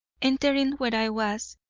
entering where i was,